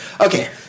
okay